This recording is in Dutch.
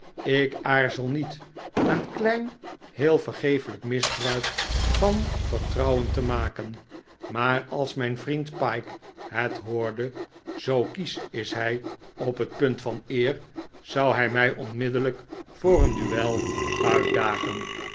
ik aarzel niet een klein heel vergeeflijk misbruik van vertrouwen te maken maar als mijn vriend pyke het hoorde zoo kiesch is hij op het punt van eer zou hij mij onmiddellijk voor een duel uitdagen